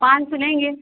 पाँच सौ लेंगे